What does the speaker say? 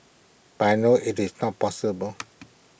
but I know IT is not possible